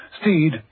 Steed